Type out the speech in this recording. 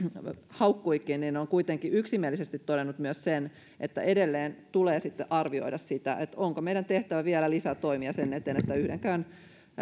haukkuikin on kuitenkin yksimielisesti todennut myös sen että edelleen tulee arvioida sitä onko meidän tehtävämme vielä lisätä toimia sen eteen että yhdenkään